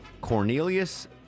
Cornelius